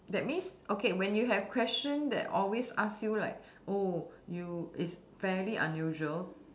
that means okay when you have question that always ask you like oh you is fairly unusual